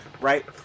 right